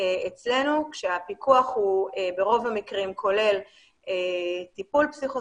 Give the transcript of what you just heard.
אצלנו כשהפיקוח הוא ברוב המקרים כולל טיפול פסיכו